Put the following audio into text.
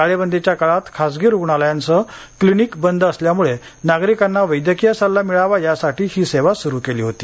टाळेबंदीच्या काळात खासगी रुग्णालयांसह क्लिनिक बंद असल्यामुळे नागरिकांना वैद्यकीय सल्ला मिळावा यासाठी ही सेवा सुरू केली होती